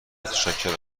متشکرم